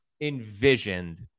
envisioned